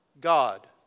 God